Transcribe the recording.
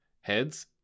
Heads